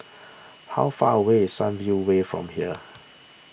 how far away is Sunview Way from here